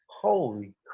holy